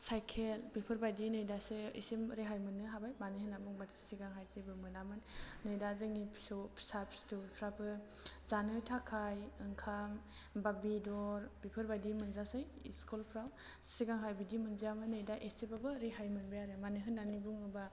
cycle बेफोरबायदि नै दासो एसे रेहाय मोन्नो हाबाय मानो होन्ना बुङोबा सिगाहाय जेबो मोनामोन नै दा जोंनि फिसौ फिसा फिसौफ्राबो जानो थाखाय ओंखाम बा बेदर बेफोर बायदि मोनजासै स्कुलफ्राव सिगांहाय बिदि मोनजायामोन नै दा एसेबाबो रेहाय मोनबाय आरो मानो होन्नानै बुङोबा